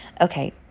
Okay